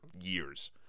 years